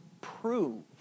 prove